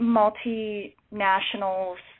multinationals